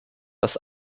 dass